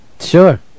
Sure